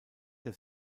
der